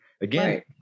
again